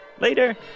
Later